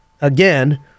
again